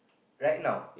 right now